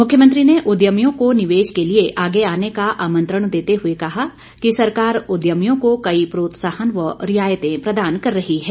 मुख्यमंत्री ने उद्यमियों को निवेश के लिए आगे आने का आमंत्रण देते हुए कहा कि सरकार उद्यमियों को कई प्रोत्साहन व रियायतें प्रदान कर रही है